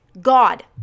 God